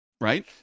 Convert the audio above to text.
Right